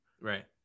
Right